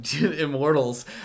Immortals